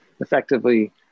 effectively